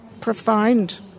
Profound